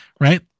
Right